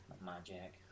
Magic